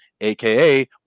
aka